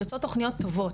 יוצאות תוכניות טובות.